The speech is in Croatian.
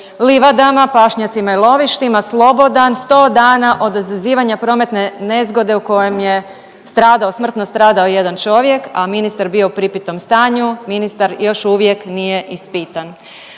livadama, pašnjacima i lovištima slobodan sto dana od izazivanja prometne nezgode u kojem je stradao, smrtno stradao jedan čovjek, a ministar bio u pripitom stanju. Ministar još uvijek nije ispitan,